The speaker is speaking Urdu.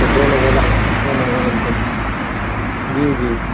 جو کتنے مہنگے ملتے ہیں جی جی